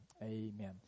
amen